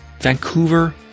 Vancouver